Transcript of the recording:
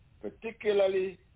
particularly